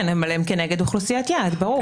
כן, הם כנגד אוכלוסיית יעד, ברור.